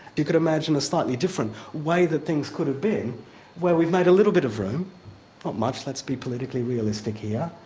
you could imagine a slightly different way that things could have been where we've made a little bit of room, not much, let's be politically realistic here,